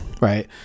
right